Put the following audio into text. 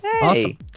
Awesome